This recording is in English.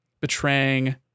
betraying